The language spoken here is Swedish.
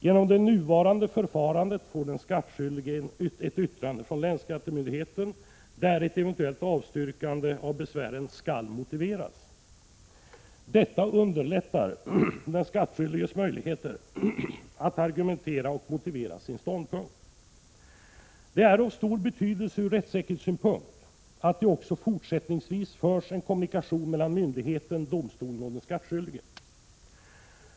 Genom det nuvarande förfarandet får den skattskyldige ett yttrande från länsskattemyndigheten, där ett eventuellt avstyrkande av besvären skall motiveras. Detta underlättar den skattskyldiges möjligheter att argumentera för och motivera sin ståndpunkt. Det är av stor betydelse ur rättssäkerhetssynpunkt att det också fortsättningsvis förs en kommunikation mellan myndigheten/domstolen och den skattskyldige.